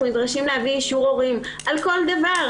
נדרשים להביא אישור הורים על כל דבר.